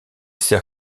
sert